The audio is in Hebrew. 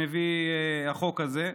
ונראה את התוצאה שמביא החוק הזה.